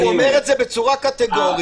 הוא אומר את זה בצורה קטגורית.